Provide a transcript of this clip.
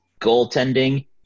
goaltending